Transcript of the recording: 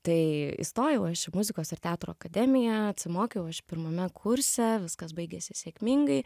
tai įstojau aš į muzikos ir teatro akademiją atsimokiau aš pirmame kurse viskas baigėsi sėkmingai